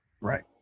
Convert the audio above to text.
Right